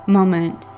moment